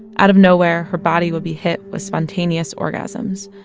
out of nowhere, her body would be hit with spontaneous orgasms.